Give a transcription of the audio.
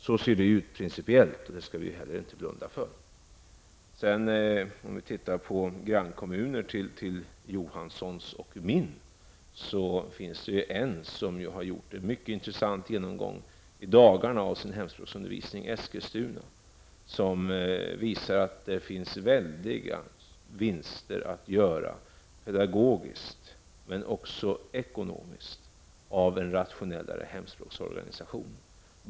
Så ser det principiellt ut, och det skall vi inte blunda för. Vi kan se på grannkommunerna till Johanssons och min hemkommun. Eskilstuna har gjort en intressant genomgång i dagarna av sin hemspråksundervisning. Det har visat sig att det finns väldiga vinster att göra pedagogiskt men också ekonomiskt av en mer rationell hemspråksorganisation.